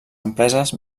empreses